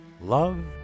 Love